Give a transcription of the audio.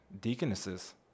deaconesses